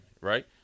right